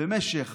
במשך